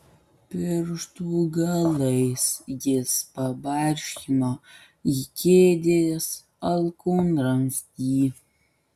pirštų galais jis pabarškino į kėdės alkūnramstį